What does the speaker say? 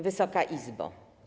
Wysoka Izbo!